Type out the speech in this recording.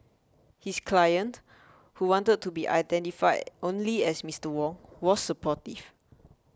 his client who wanted to be identified only as Mister Wong was supportive